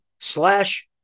slash